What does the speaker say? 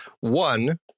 One